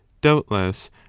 doubtless